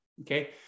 okay